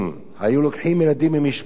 היו לוקחים ילדים ממשפחות